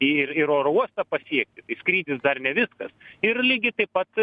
ir ir oro uostą pasiekti tai skrydis dar ne viskas ir lygiai taip pat